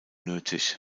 nötig